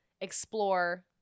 explore